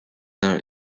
are